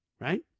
Right